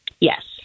yes